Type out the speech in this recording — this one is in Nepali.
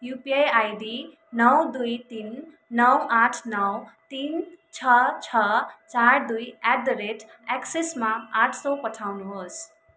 युपिआई आइडी नौ दुई तिन नौ आठ नौ तिन छ छ चार दुई एट द रेट एक्सिसमा आठ सय पठाउनुहोस्